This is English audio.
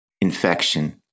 Infection